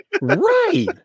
right